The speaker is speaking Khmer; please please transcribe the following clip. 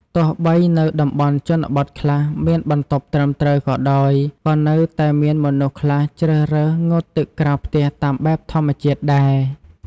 ទោះបី នៅតំបន់ជនបទខ្លះមានបន្ទប់ត្រឹមត្រូវក៏ដោយ ក៏នៅតែមានមនុស្សខ្លះជ្រើសរើសងូតទឹកក្រៅផ្ទះតាមបែបធម្មជាតិដែរ។